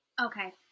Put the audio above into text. Okay